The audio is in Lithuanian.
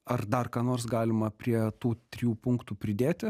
ar dar ką nors galima prie tų trijų punktų pridėti